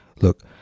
look